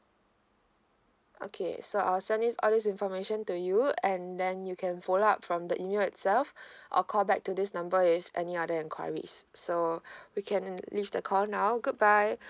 okay so I'll send this all this information to you and then you can follow up from the email itself or call back to this number if any other enquiries so we can leave the call now good bye